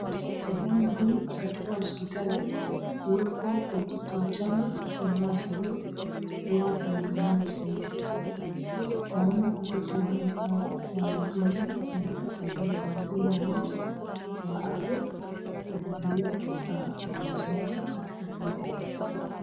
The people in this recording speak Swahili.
Sehemu hii katika hosiptali huekwa watoto wachanga wanaozaliwa ili kuhudumiwa zaidi. Naona watoto wanne hawa, wanahudumiwa na wahudumu wawili wa afya kuangalia maelezo yao katika mwili.